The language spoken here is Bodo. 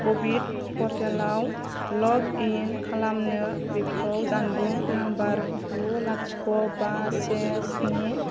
क' विन पर्टेलाव लग इन खालामनो बेखौ जानबुं नाम्बार गु लाथिख' बा से स्नि